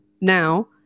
now